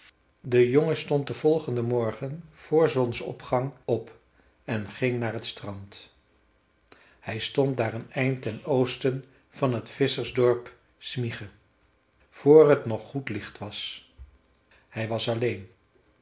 de jongen stond den volgenden morgen vr zonsopgang op en ging naar het strand hij stond daar een eind ten oosten van t visschersdorp smyge vr t nog goed licht was hij was alleen